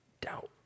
doubt